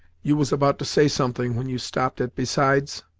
you was about to say something, when you stopped at besides?